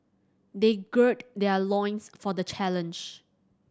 they gird their loins for the challenge